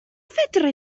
fedri